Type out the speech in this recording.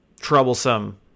troublesome